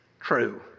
true